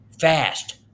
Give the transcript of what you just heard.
Fast